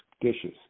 dishes